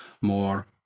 more